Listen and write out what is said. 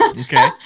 Okay